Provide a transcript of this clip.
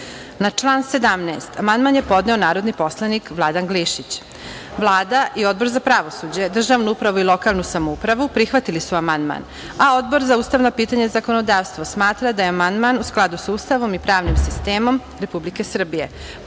član 17. amandman je podneo narodni poslanik Vladan Glišić. Vlada i Odbor za pravosuđe, državnu upravu i lokalnu samoupravu prihvatili su amandman, a Odbor za ustavna pitanja i zakonodavstvo smatra da je amandman u skladu sa Ustavom i pravnim sistemom Republike Srbije,